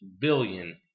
billion